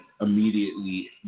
immediately